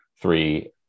three